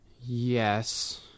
yes